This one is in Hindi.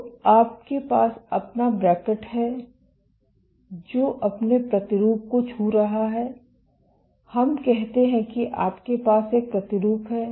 तो आपके पास अपना ब्रैकट है जो अपने प्रतिरूप को छू रहा है हम कहते हैं कि आपके पास एक प्रतिरूप है